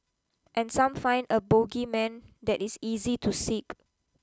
and some find a bogeyman that is easy to seek